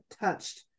touched